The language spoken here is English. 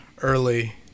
Early